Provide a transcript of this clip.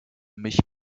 mich